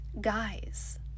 Guys